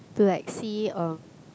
to like see um